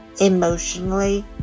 emotionally